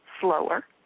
slower